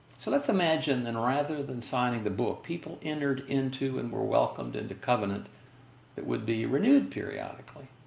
so let's imagine, then, rather than signing the book, people entered into and were welcomed into covenant that would be renewed periodically.